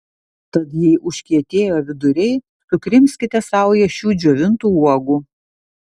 tad jei užkietėjo viduriai sukrimskite saują šių džiovintų uogų